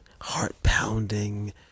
heart-pounding